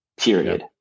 Period